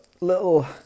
little